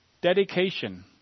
dedication